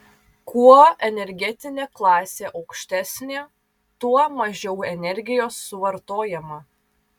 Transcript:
kuo energetinė klasė aukštesnė tuo mažiau energijos suvartojama